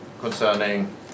concerning